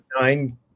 nine